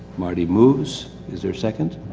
marty moves, is there a second?